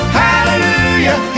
hallelujah